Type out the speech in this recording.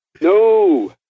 No